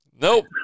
Nope